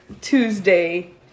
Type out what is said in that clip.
Tuesday